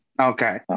okay